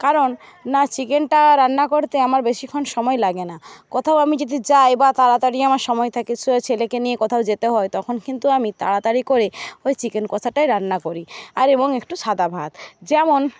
কারণ না চিকেনটা রান্না করতে আমার বেশিক্ষণ সময় লাগে না কোথাও আমি যদি যাই বা তাড়াতাড়ি আমার সময় থাকে ছেলেকে নিয়ে কোথাও যেতে হয় তখন কিন্তু আমি তাড়াতাড়ি করে ওই চিকেন কষাটাই রান্না করি আর এবং একটু সাদা ভাত যেমন